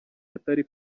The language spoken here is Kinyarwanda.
atari